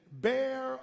bear